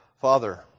Father